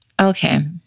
Okay